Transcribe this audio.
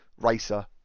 racer